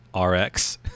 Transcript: RX